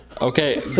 Okay